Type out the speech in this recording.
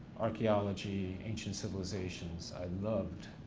archeology, ancient civilizations, i loved.